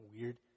weird